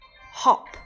hop